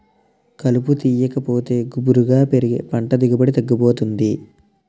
కలుపు తీయాకపోతే గుబురుగా పెరిగి పంట దిగుబడి తగ్గిపోతుంది